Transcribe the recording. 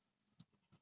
mm